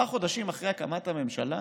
שבעה חודשים אחרי הקמת הממשלה,